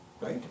right